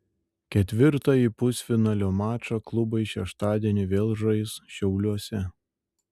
ketvirtąjį pusfinalio mačą klubai šeštadienį vėl žais šiauliuose